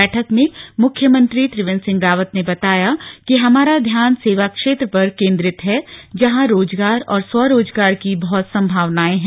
बैठक में मुख्यमंत्री त्रिवेन्द्र सिंह रावत ने बताया कि हमारा ध्यान सेवा क्षेत्र पर केंद्रीत है जहां रोजगार और स्वरोजगार की बहत सम्भावनाएं है